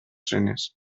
trenes